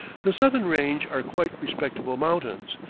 the southern range are quite respectable mountains,